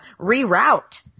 reroute